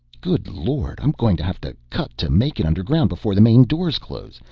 good lord, i'm going to have to cut to make it underground before the main doors close.